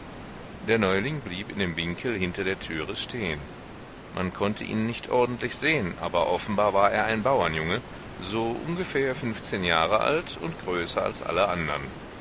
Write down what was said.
der neuling blieb in dem winkel hinter der türe stehen man konnte ihn nicht ordentlich sehen aber offenbar war er ein bauernjunge so ungefähr fünfzehn jahre alt und größer als alle andern